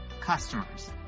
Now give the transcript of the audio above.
customers